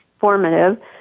formative